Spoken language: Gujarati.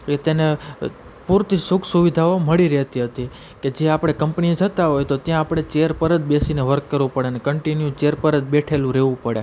એ તેને પૂરતી સુખ સુવિધાઓ મળી રહેતી હતી કે જે આપણે કંપનીએ જતાં હોય તો ત્યાં આપણે ચેર પર જ બેસીને વર્ક કરવું પડે અને કન્ટીન્યુ ચેર પર જ બેઠેલું રહેવું પડે